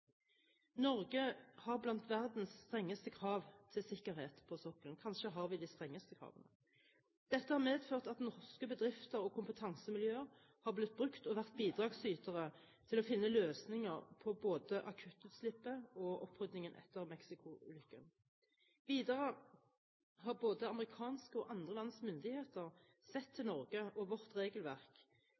Norge har blant verdens strengeste krav til sikkerhet på sokkelen, kanskje har vi de strengeste kravene. Dette har medført at norske bedrifter og kompetansemiljøer har blitt brukt og vært bidragsytere til å finne løsninger på både akuttutslippet og oppryddingen etter Mexico-ulykken. Videre har både amerikanske og andre lands myndigheter sett til Norge og vårt regelverk